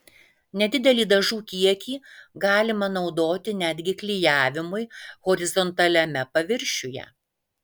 nedidelį dažų kiekį galima naudoti netgi klijavimui horizontaliame paviršiuje